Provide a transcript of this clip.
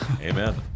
Amen